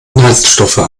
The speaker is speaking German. inhaltsstoffe